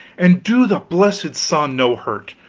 and do the blessed sun no hurt.